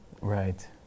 Right